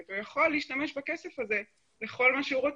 הוא יכול להשתמש בכסף הזה לכל מה שהוא רוצה,